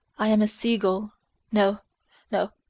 i am a sea-gull no no,